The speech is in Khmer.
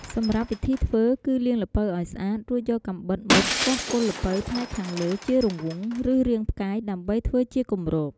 សម្រាប់វិធីធ្វើគឺ លាងល្ពៅឲ្យស្អាត រួចយកកាំបិតមុតគាស់គល់ល្ពៅផ្នែកខាងលើជារង្វង់ ឬរាងផ្កាយ ដើម្បីធ្វើជាគម្រប។